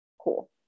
cool